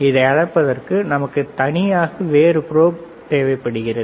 இதை அளப்பதற்கு நமக்கு தனியாக வேறு ப்ரோப் தேவைப்படுகிறது